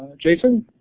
jason?